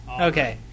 Okay